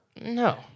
No